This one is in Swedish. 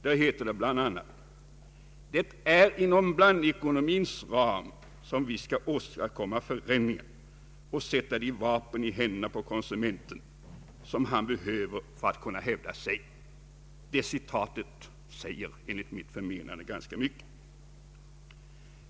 Där heter det bl.a.: ”Det är inom blandekonomins ram som vi skall åstadkomma förändringar och sätta de vapen i händerna på konsumenten, som han behöver för att kunna hävda sig.” Detta citat säger ganska mycket.